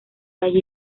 allí